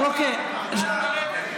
סילמן אמרה לו לרדת.